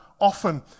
often